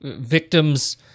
victims